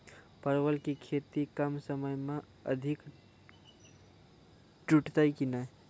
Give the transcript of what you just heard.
परवल की खेती कम समय मे अधिक टूटते की ने?